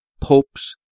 popes